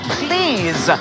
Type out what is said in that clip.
please